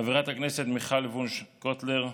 חברת הכנסת מיכל וונש קוטלר,